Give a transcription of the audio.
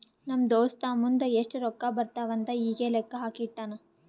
ನಮ್ ದೋಸ್ತ ಮುಂದ್ ಎಷ್ಟ ರೊಕ್ಕಾ ಬರ್ತಾವ್ ಅಂತ್ ಈಗೆ ಲೆಕ್ಕಾ ಹಾಕಿ ಇಟ್ಟಾನ್